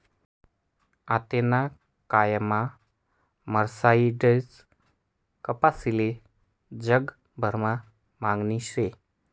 आतेना कायमा मर्सराईज्ड कपाशीले जगभरमा मागणी शे